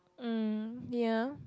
mm ya